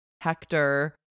Hector